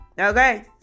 Okay